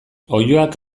oiloak